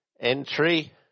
Entry